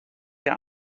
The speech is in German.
der